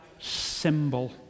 symbol